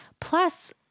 Plus